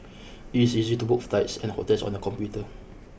it is easy to book flights and hotels on the computer